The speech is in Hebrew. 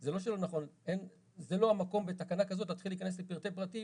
שזה לא המקום בתקנה כזאת להתחיל להיכנס לפרטי פרטים